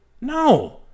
No